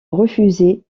refuser